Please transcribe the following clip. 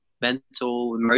mental